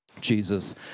Jesus